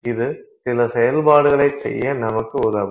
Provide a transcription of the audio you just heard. இது சில செயல்பாடுகளைச் செய்ய நமக்கு உதவும்